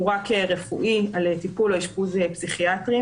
רק רפואי על טיפול או אשפוז פסיכיאטרים.